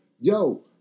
Yo